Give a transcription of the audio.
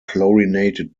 chlorinated